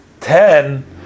ten